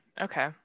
Okay